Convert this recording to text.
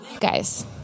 Guys